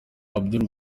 abdul